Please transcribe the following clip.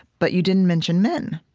but you didn't mention men.